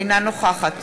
אינה נוכחת